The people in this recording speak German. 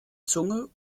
zunge